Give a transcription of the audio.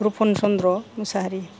Rupan Chandra Mushahary